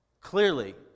Clearly